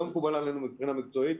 הוא לא מקובל עלינו מבחינה מקצועית.